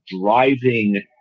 driving